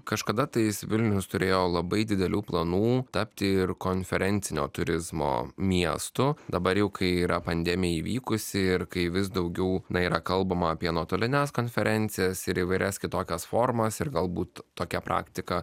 kažkada tais vilnius turėjo labai didelių planų tapti ir konferencinio turizmo miestu dabar jau kai yra pandemija įvykusi ir kai vis daugiau na yra kalbama apie nuotolines konferencijas ir įvairias kitokias formas ir galbūt tokia praktika